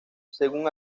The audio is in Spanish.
según